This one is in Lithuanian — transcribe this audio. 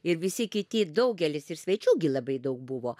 ir visi kiti daugelis ir svečių gi labai daug buvo